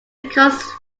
becomes